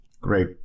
Great